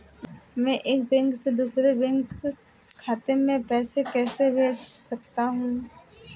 मैं एक बैंक से दूसरे बैंक खाते में पैसे कैसे भेज सकता हूँ?